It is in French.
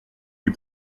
les